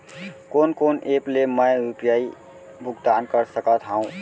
कोन कोन एप ले मैं यू.पी.आई भुगतान कर सकत हओं?